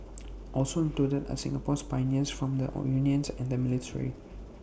also included are Singapore's pioneers from the unions and the military